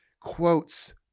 quotes